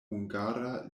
hungara